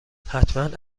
حتما